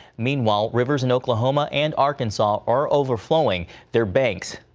meanwhile, rivers in oklahoma and arkansas are overflowing their banks.